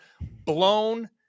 blown